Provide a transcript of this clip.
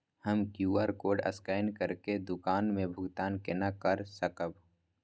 हम QR code scan करके दुकान में भुगतान केना कर सकब?